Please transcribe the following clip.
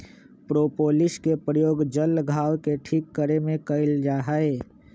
propolis के प्रयोग जल्ल घाव के ठीक करे में कइल जाहई